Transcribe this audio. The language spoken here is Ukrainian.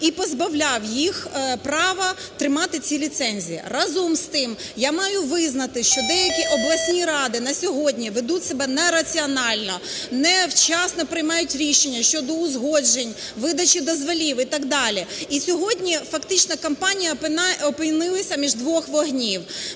і позбавляв їх права тримати ці ліцензії. Разом з тим я маю визнати, що деякі обласні ради на сьогодні ведуть себе нераціонально, невчасно приймають рішення щодо узгоджень, видачі дозволів і так далі, і сьогодні фактично компанії опинилися між двох вогнів.